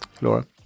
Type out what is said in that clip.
Laura